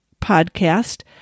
podcast